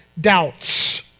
doubts